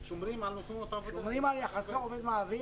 היינו שומרים על יחסי עובד-מעביד.